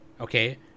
okay